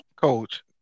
Coach